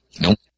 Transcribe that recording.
Nope